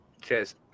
cheers